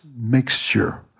mixture